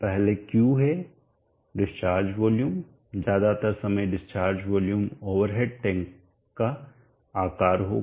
पहले Q है discharge volume ज्यादातर समय discharge volume overhead tank का आकार होगा